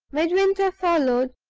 midwinter followed,